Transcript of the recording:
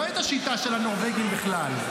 לא את השיטה של הנורבגים בכלל.